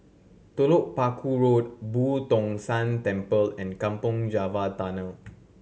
Telok Paku Road Boo Tong San Temple and Kampong Java Tunnel